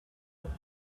would